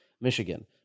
Michigan